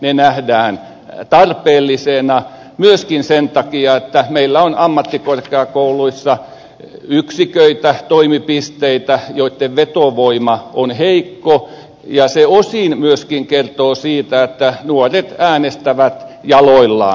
ne nähdään tarpeellisina myöskin sen takia että meillä on ammattikorkeakouluissa yksiköitä toimipisteitä joitten vetovoima on heikko ja se osin myöskin kertoo siitä että nuoret äänestävät jaloillaan